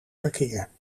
verkeer